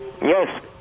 Yes